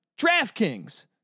DraftKings